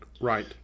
Right